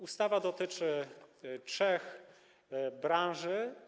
Ustawa dotyczy trzech branż.